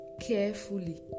carefully